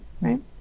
Right